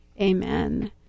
amen